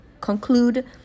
conclude